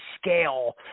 scale